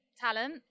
talent